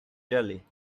jelly